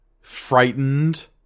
frightened